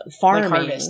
farming